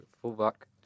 fullback